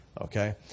Okay